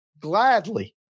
gladly